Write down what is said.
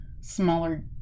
smaller